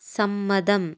സമ്മതം